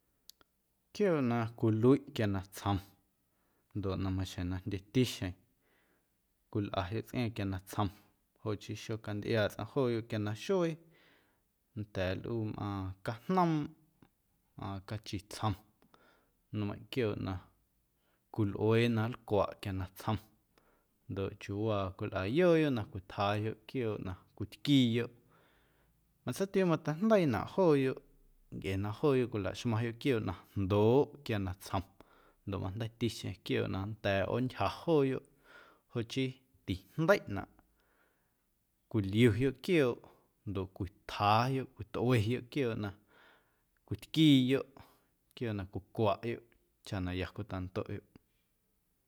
Quiooꞌ na cwiluiꞌ quia natsjom ndoꞌ na maxjeⁿ na jndyetixjeⁿ cwilꞌa jeꞌ tsꞌiaaⁿ quia natsjom joꞌ chii xocantꞌiaaꞌ tsꞌaⁿ jooyoꞌ quia naxuee nnda̱a̱ lꞌuu mꞌaaⁿ cajnoomꞌ, mꞌaaⁿ cachi tsjom nmeiⁿꞌ quiooꞌ na cwilꞌuee na nlcwaꞌ quia natsjom ndoꞌ chiuuwaa wilꞌayooyoꞌ na cwitjaayoꞌ quiooꞌ na cwitquiiyoꞌ matseitiuu mateijndeiinaꞌ jooyoꞌ ncꞌe na jooyoꞌ cwilaxmaⁿyoꞌ quiooꞌ na jndooꞌ quia natsjom ndoꞌ majndeiiticheⁿ quiooꞌ na nnda̱a̱ ꞌoontyja jooyoꞌ joꞌ chii tijndeiꞌnaꞌ cwiliuyoꞌ quiooꞌ ndoꞌ cwitjaayoꞌ, cwitꞌueyoꞌ quiooꞌ na cwitquiiyoꞌ, quiooꞌ na cwicwaꞌyoꞌ chaꞌ na ya cwitandoꞌyoꞌ.